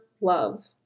love